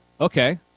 Okay